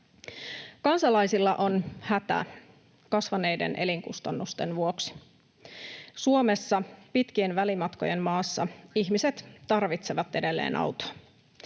Kansalaisilla on hätä kasvaneiden elinkustannusten vuoksi. Suomessa, pitkien välimatkojen maassa, ihmiset tarvitsevat edelleen autoa.